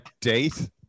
date